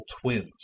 twins